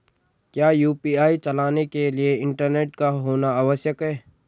क्या यु.पी.आई चलाने के लिए इंटरनेट का होना आवश्यक है?